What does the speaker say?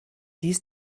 dies